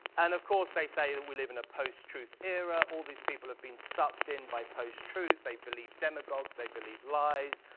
and of course, they say we live in a post-truth era. all these people have been sucked in by post-truth. they believe demagogues. they believe lies.